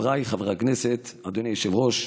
חבריי חברי הכנסת, אדוני היושב-ראש,